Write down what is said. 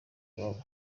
iwabo